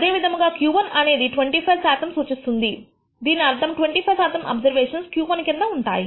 అదే విధముగా Q1 అనేది 25 శాతాన్ని సూచిస్తుంది దీని అర్థం 25 శాతం అబ్జర్వేషన్స్ Q1 కింద ఉంటాయి